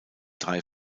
drei